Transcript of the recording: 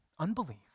Unbelief